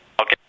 Okay